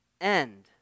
End